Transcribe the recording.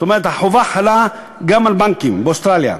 זאת אומרת, החובה חלה גם על בנקים באוסטרליה,